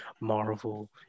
Marvel